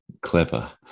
clever